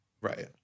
right